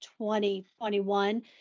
2021